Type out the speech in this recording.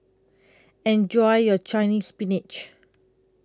Enjoy your Chinese Spinach